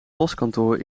postkantoor